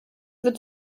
wird